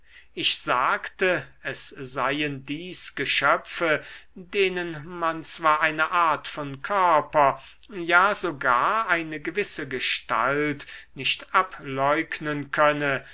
ich sagte es seien dies geschöpfe denen man zwar eine art von körper ja sogar eine gewisse gestalt nicht ableugnen könne